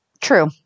True